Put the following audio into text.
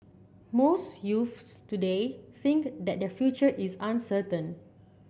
most youths today think that their future is uncertain